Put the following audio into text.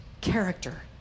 character